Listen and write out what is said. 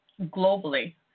globally